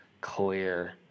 clear